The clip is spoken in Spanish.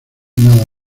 nada